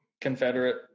Confederate